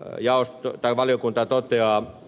erittäin myönteisenä valiokunta toteaa